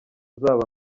uzaba